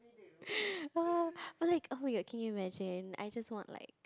or like oh-my-god can you imagine I just want like